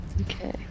okay